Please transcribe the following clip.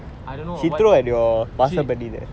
I don't know not what she